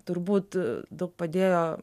turbūt daug padėjo